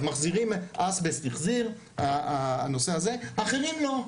אז מחזירים, אסבסט החזיר, הנושא הזה, אחרים לא.